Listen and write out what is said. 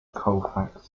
colfax